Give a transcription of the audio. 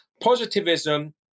Positivism